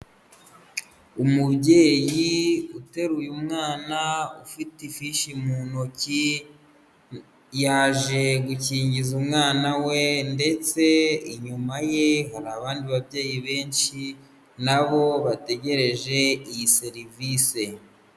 Umubyeyi uteruye umwana ufite ifishi mu ntoki, yaje gukingiza umwana we, ndetse inyuma ye hari abandi babyeyi benshi, na bo bategereje iyi serivise.